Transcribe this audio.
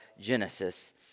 Genesis